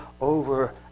over